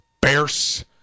Bears